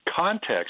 Context